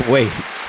Wait